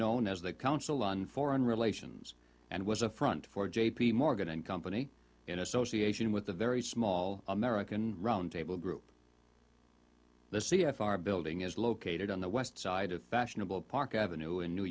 known as the council on foreign relations and was a front for j p morgan and company in association with the very small american round table group the c f r building is located on the west side of fashionable park avenue in new